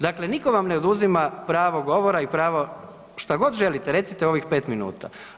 Dakle, nitko vam ne oduzima pravo govora i pravo, što god želite, recite u ovih 5 minuta.